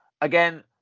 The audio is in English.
again